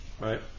Right